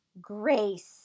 grace